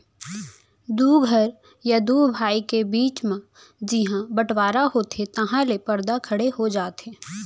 दू घर या दू भाई के बीच म जिहॉं बँटवारा होथे तहॉं ले परदा खड़े हो जाथे